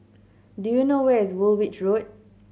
do you know where is Woolwich Road